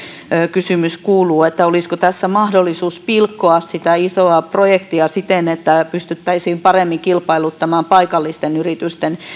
kysymys kuuluu olisiko tässä mahdollisuus pilkkoa sitä isoa projektia siten että pystyttäisiin paremmin kilpailuttamaan paikallisten yritysten